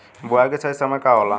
बुआई के सही समय का होला?